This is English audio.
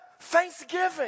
thanksgiving